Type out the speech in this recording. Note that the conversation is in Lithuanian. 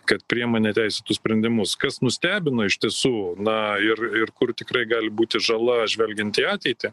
kad priema neteisėtus sprendimus kas nustebino iš tiesų na ir ir kur tikrai gali būti žala žvelgiant į ateitį